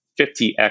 50x